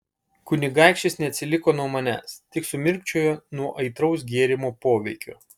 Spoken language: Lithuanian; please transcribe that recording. kunigaikštis neatsiliko nuo manęs tik sumirkčiojo nuo aitraus gėrimo poveikio